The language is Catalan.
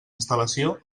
instal·lació